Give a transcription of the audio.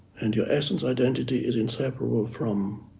and your essence identity is inseparable from